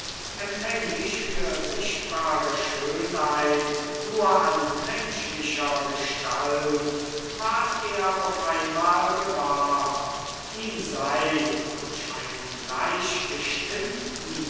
empfänglich für sichtbare schönheit nur an menschlicher gestalt ward er auf einmal gewahr ihm sei durch einen